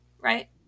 right